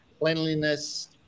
cleanliness